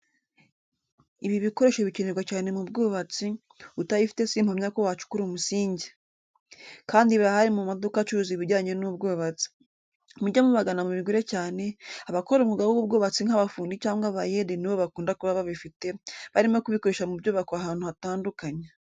Ibi bikoresho bikenerwa cyane mu bwubatsi, utabifite simpamya ko wacukura umusinge. Kandi birahari mu maduka acuruza ibijyanye n'ubwubatsi. Mujye mubagana mubigure cyane, abakora umwuga w'ubwubatsi nk'abafundi cyangwa abayede nibo bakunda kuba babifite, barimo kubikoresha mu byubakwa ahantu hatandukanye.